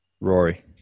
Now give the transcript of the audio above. Rory